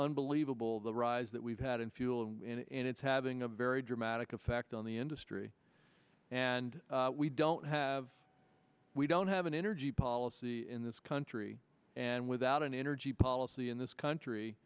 unbelievable the rise that we've had in fuel and it's having a very dramatic effect on the industry and we don't have we don't have an energy policy in this country and without an energy policy in this country